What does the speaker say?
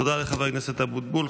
תודה לחבר הכנסת אבוטבול.